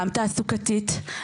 גם תעסוקתית,